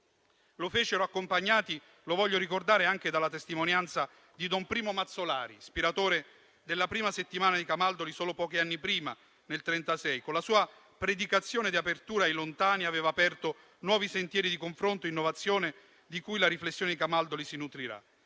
Lo fecero accompagnati - lo voglio ricordare - anche dalla testimonianza di don Primo Mazzolari, ispiratore della prima settimana di Camaldoli solo pochi anni prima, nel 1936, che con la sua predicazione di apertura ai lontani aveva aperto nuovi sentieri di confronto e innovazione di cui la riflessione di Camaldoli si nutrirà.